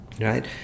right